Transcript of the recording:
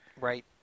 Right